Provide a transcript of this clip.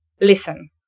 Listen